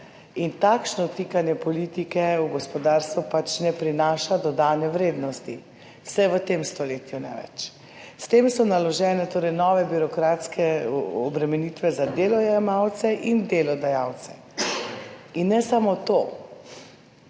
in takšno vtikanje politike v gospodarstvo pač ne prinaša dodane vrednosti, vsaj v tem stoletju ne več. S tem so naložene torej nove birokratske obremenitve za delojemalce in delodajalce. In ne samo to,